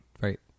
right